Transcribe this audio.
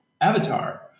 avatar